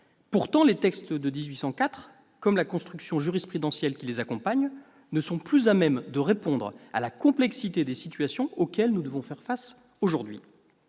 Pourtant, les textes de 1804, comme la construction jurisprudentielle qui les accompagne, ne sont plus à même de répondre à la complexité des situations auxquelles nous devons faire face aujourd'hui.